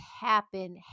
happen